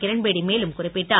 கிரண்பேடி மேலும் குறிப்பிட்டார்